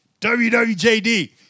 WWJD